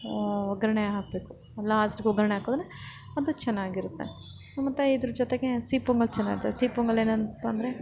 ಒಗ್ಗರಣೆ ಹಾಕಬೇಕು ಲಾಸ್ಟಿಗೆ ಒಗ್ಗರಣೆ ಹಾಕಿದ್ರೆ ಅದು ಚೆನ್ನಾಗಿರುತ್ತೆ ಮತ್ತು ಇದ್ರ ಜೊತೆಗೆ ಹಸಿ ಪೊಂಗಲ್ ಚೆನ್ನಾಗಿರುತ್ತೆ ಹಸಿ ಪೊಂಗಲ್ ಏನಂತಂತಂದ್ರೆ